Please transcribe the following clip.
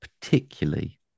particularly